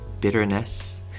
bitterness